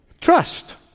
Trust